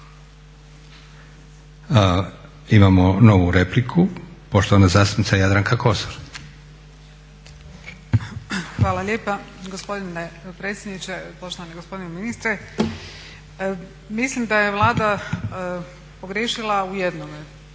Imamo novu repliku poštovana zastupnica Jadranka Kosor. **Kosor, Jadranka (Nezavisni)** Hvala lijepa gospodIne predsjedniče, poštovani gospodine ministre. Mislim da je Vlada pogriješila u jednome.